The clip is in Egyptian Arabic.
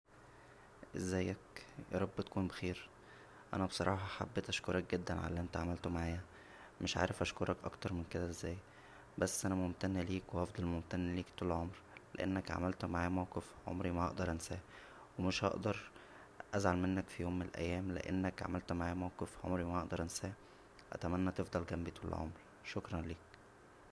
ازيك يارب تكون بخير انا بصراحه حبيت اشكرك جدا على الانت عملته معايا مش عارف اشكرك اكتر من كدا ازاى بس انا ممتن ليك وهفضل ممتن ليك طول العمر لانك عملت معايا موقف عمرى ما هقدر انساه ومش هقدر ازعل منك ف يوم من الايام لانك عملت معايا موقف عمرى ما هقدر انساه اتمنى تفضل جنبى طول العمر شكرا ليك